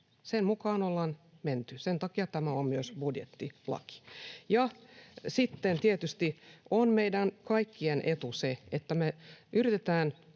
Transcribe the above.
Sen mukaan ollaan menty. Sen takia tämä on myös budjettilaki. Sitten tietysti on meidän kaikkien etu, että me yritetään